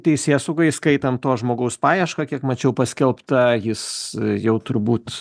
teisėsauga įskaitant to žmogaus paiešką kiek mačiau paskelbta jis jau turbūt